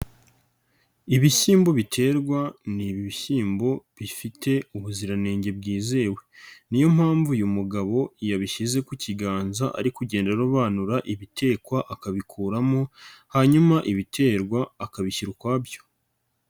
Ibishyimbo biterwa ni ibishyimbo bifite ubuziranenge bwizewe ni yo mpamvu uyu mugabo yabishyize ku kiganza ari kugenda arobanura ibitekwa akabikuramo hanyuma ibiterwa akabishyira ukwa byo.